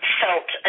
felt